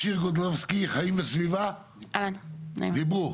שיר גולדובסקי, חיים וסביבה, דיברו.